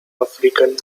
african